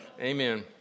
Amen